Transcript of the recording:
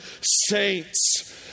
saints